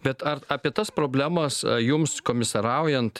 bet ar apie tas problemas jums komisaraujant